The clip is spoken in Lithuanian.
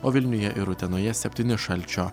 o vilniuje ir utenoje septyni šalčio